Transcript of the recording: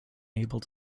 able